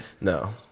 no